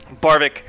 Barvik